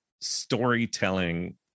storytelling